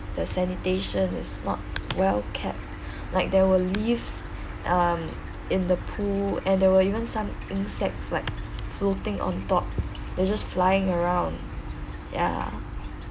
the sanitation is not well kept like there were leaves um in the pool and there were even some insects like floating on top they just flying around ya